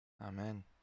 Amen